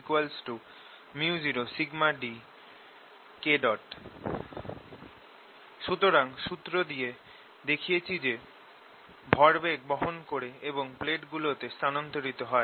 ∆momentumtime µ0dK সুতরাং সুত্র দিয়ে দেখিয়েছি যে ফিল্ড ভরবেগ বহন করে এবং প্লেটগুলোতে স্থানান্তরিত হয়